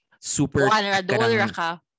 super